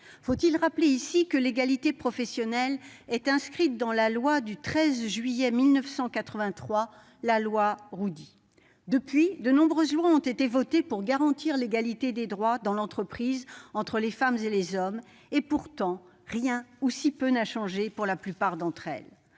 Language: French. chers collègues, que l'égalité professionnelle est inscrite dans la loi du 13 juillet 1983, la loi Roudy ? Depuis lors, de nombreuses lois ont été votées pour garantir l'égalité des droits, dans l'entreprise, entre les femmes et les hommes. Et pourtant, rien n'a changé, ou si peu, pour la plupart d'entre elles.